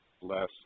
less